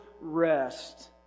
rest